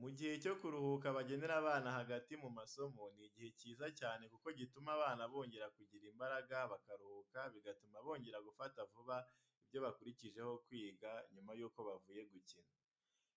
Mu gihe cyo kuruhuka bagenera abana hagati mu masomo ni igihe cyiza cyane kuko gituma abana bongera kugira imbaraga bakaruhuka bigatuma bongera gufata vuba ibyo bakurikije ho kwiga nyuma yuko bavuye gukina.